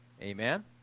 Amen